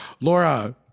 Laura